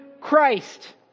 christ